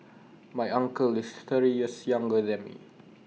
my uncle is thirty years younger than me